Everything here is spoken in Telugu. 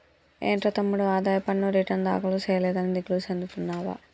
ఏంట్రా తమ్ముడు ఆదాయ పన్ను రిటర్న్ దాఖలు సేయలేదని దిగులు సెందుతున్నావా